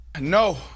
No